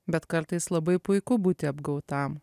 bet kartais labai puiku būti apgautam